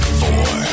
four